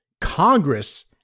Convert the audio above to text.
Congress